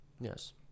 Yes